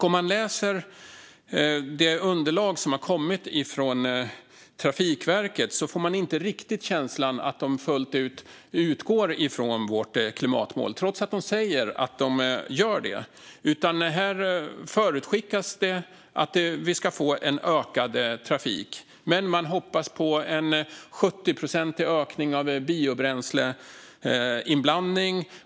Om man läser det underlag som har kommit från Trafikverket får man inte riktigt känslan att de fullt ut utgår från vårt klimatmål, trots att de säger att de gör det. Här förutskickas det att vi ska få en ökad trafik. Man hoppas dock på en 70-procentig ökning av biobränsleinblandningen.